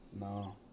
No